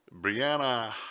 Brianna